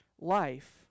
life